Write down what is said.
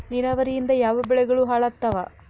ನಿರಾವರಿಯಿಂದ ಯಾವ ಬೆಳೆಗಳು ಹಾಳಾತ್ತಾವ?